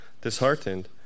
Disheartened